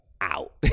out